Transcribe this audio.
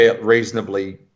Reasonably